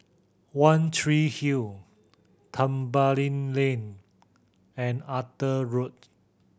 One Tree Hill Tembeling Lane and Arthur Road